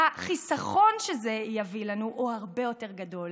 החיסכון שזה יביא לנו הוא הרבה יותר גדול.